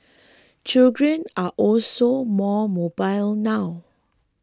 children are also more mobile now